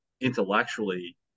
Intellectually